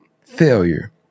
failure